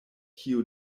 kiu